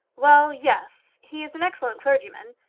well yes. he is an excellent clergyman.